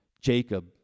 Jacob